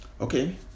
Okay